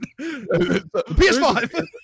ps5